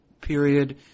period